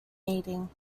eating